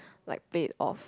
like play it off